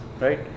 right